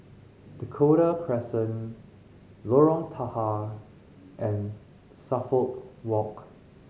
Dakota Crescent Lorong Tahar and Suffolk Walk